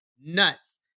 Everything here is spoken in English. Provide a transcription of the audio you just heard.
nuts